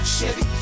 Chevy